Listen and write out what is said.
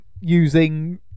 using